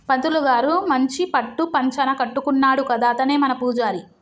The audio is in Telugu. పంతులు గారు మంచి పట్టు పంచన కట్టుకున్నాడు కదా అతనే మన పూజారి